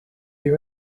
you